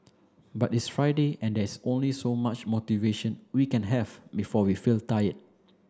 but it's Friday and there's only so much motivation we can have before we feel tired